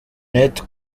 net